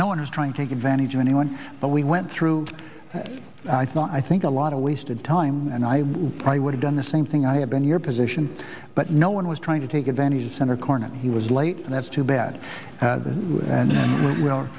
no one trying to take advantage of any one but we went through i think a lot of wasted time and i probably would have done the same thing i have been your position but no one was trying to take advantage of center cornett he was late and that's too bad